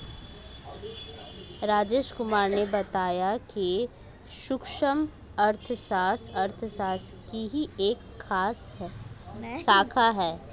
राजेश कुमार ने बताया कि सूक्ष्म अर्थशास्त्र अर्थशास्त्र की ही एक शाखा है